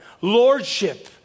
Lordship